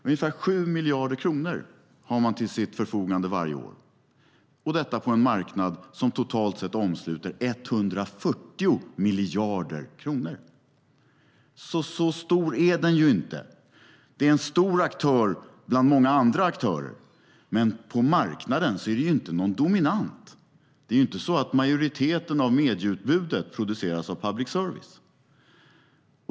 Ungefär 7 miljarder kronor har man till sitt förfogande varje år - detta på en marknad som totalt sett omsluter 140 miljarder kronor. Den är alltså inte så stor. Det är en stor aktör bland många andra aktörer, men på marknaden är det inte någon dominant. Det är inte så att majoriteten av medieutbudet produceras av public service.